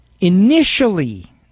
initially